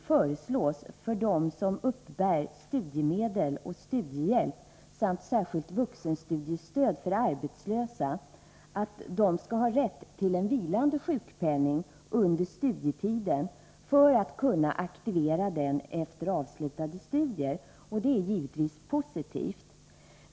för dem som uppbär studiemedel och studiehjälp samt särskilt vuxenstudiestöd för arbetslösa att dessa skall ha rätt till en vilande sjukpenning under studietiden för att kunna aktivera denna efter avslutade studier. Detta är givetvis positivt.